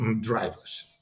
drivers